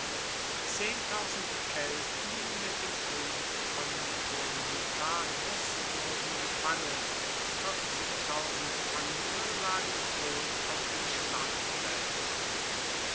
kelten mit dem koenig concolitanus wurden gefangen andere lagen tot auf dem schlachtfeld